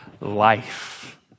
life